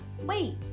Wait